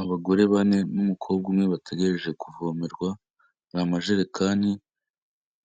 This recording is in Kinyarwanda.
Abagore bane n'umukobwa umwe bategereje kuvomerwa, ni amajerekani